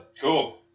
Cool